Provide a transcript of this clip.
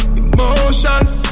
emotions